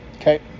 Okay